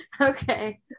Okay